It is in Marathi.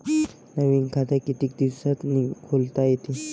नवीन खात कितीक दिसात खोलता येते?